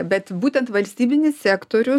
bet būtent valstybinis sektorius